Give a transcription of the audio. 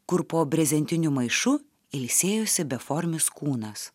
kur po brezentiniu maišu ilsėjosi beformis kūnas